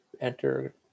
enter